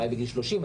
אולי בגיל 30?